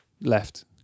left